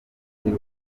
y’u